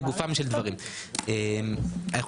לגופם של דברים אני חושב